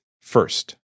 First